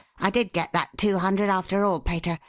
i did get that two hundred after all, pater.